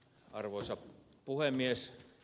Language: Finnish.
arvoisa puhemies